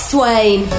Swain